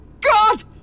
God